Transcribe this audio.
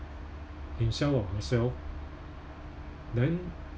himself or myself then